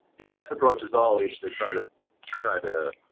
your best approach is always to try to try to